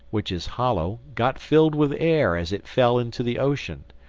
which is hollow, got filled with air as it fell into the ocean.